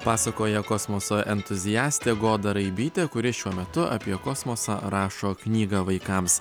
pasakoja kosmoso entuziastė goda raibytė kuri šiuo metu apie kosmosą rašo knygą vaikams